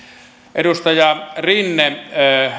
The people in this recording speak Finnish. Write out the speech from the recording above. edustaja rinne